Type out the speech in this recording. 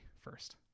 first